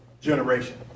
generation